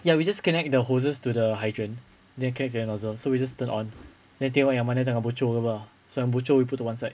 ya we just connect the hoses to the hydrant then so we just turn on then tengok yang mana telah bocor ke apa so yang bocor we put to one side